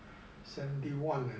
seventy one